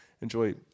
Enjoy